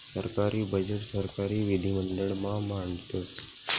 सरकारी बजेट सरकारी विधिमंडळ मा मांडतस